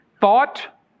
thought